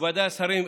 מכובדיי השרים,